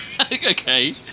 Okay